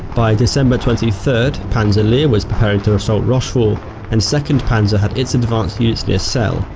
by december twenty third panzer lehr was preparing to assault rochefort and second panzer had its advance units near celles,